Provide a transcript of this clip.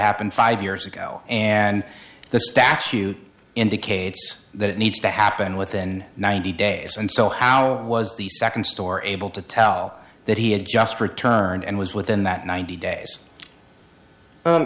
happened five years ago and the statute indicates that it needs to happen within ninety days and so how was the second store able to tell that he had just returned and was within that ninety days